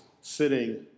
sitting